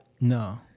No